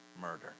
murder